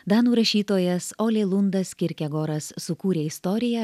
danų rašytojas olė lundas kirkegoras sukūrė istoriją